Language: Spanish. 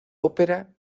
ópera